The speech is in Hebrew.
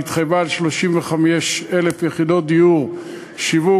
היא התחייבה על 35,000 יחידות דיור שיווק,